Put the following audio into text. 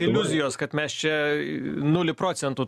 iliuzijos kad mes čia nulį procentų